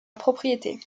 propriété